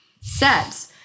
sets